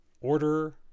order